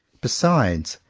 besides,